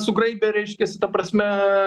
sugraibė reiškias ta prasme